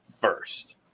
first